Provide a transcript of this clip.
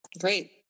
Great